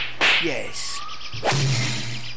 Yes